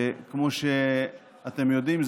כמו שאתם יודעים,